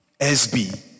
SB